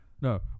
No